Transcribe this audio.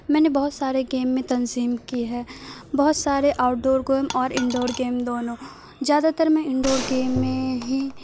میں نے بہت سارے گیم میں تنظیم کی ہے بہت سارے آؤٹڈور گم اور انڈور گیم دونوں زیادہ تر میں انڈور گیم میں ہی